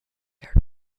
dirt